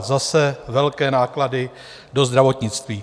Zase velké náklady do zdravotnictví.